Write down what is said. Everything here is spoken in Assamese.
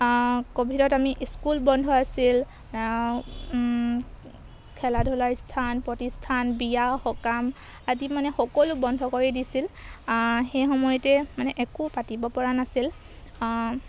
ক'ভিডত আমি স্কুল বন্ধ আছিল খেলা ধূলাৰ স্থান প্ৰতিষ্ঠান বিয়া সকাম আদি মানে সকলো বন্ধ কৰি দিছিল সেই সময়তে মানে একো পাতিব পৰা নাছিল